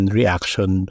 reaction